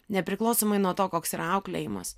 nepriklausomai nuo to koks yra auklėjimas